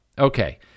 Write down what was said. Okay